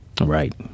Right